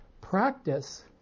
practice